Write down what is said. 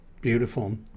Beautiful